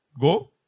go